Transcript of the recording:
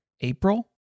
April